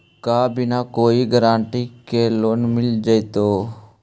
का बिना कोई गारंटी के लोन मिल जीईतै?